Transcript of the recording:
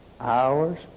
hours